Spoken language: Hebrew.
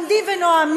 כשאתם עומדים ונואמים,